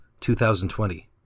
2020